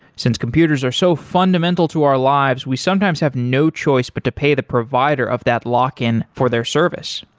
since computers are so fundamental to our lives, we sometimes have no choice but to pay the provider of that lock-in for their service.